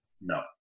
No